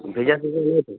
ভেজা কিছু নেই তো